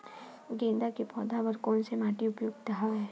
गेंदा के पौधा बर कोन से माटी उपयुक्त हवय?